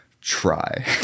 try